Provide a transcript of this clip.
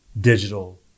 digital